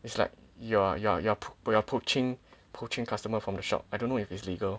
it's like you're you're you're poaching poaching customer from the shop I don't know if it's legal